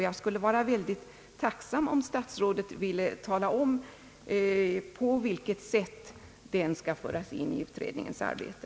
Jag skulle vara mycket tacksam, om statsrådet ville meddela på vilket sätt den skall föras in i utredningens arbete.